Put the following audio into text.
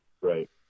Right